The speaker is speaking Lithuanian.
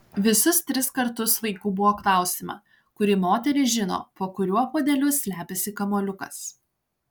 visus tris kartus vaikų buvo klausiama kuri moteris žino po kuriuo puodeliu slepiasi kamuoliukas